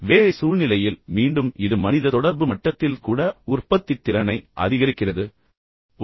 வேலை சூழ்நிலையில் மீண்டும் இது மனித தொடர்பு மட்டத்தில் கூட உற்பத்தித்திறனை அதிகரிக்கிறது தனிப்பட்ட மட்டத்தில் இது உற்பத்தித்திறனை அதிகரிக்கிறது